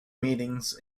meanings